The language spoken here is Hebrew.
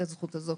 הזכות הזו,